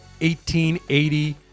1880